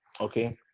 okay